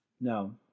no